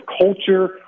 culture